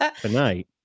tonight